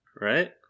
right